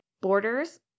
borders